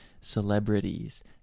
celebrities